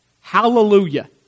Hallelujah